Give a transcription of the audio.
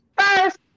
first